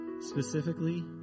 specifically